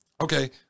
Okay